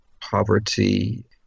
poverty